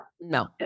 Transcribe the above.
No